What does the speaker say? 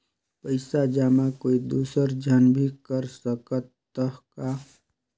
पइसा जमा कोई दुसर झन भी कर सकत त ह का?